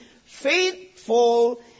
faithful